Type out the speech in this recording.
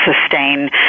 sustain